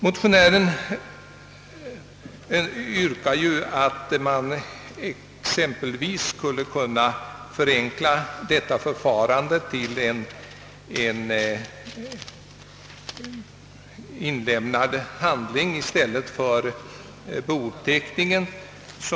Motionärerna anser att förfarandet skulle kunna förenklas genom att en skriftlig anmälan får ersätta bouppteckningen.